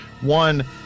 one